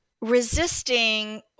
resisting